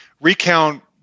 recount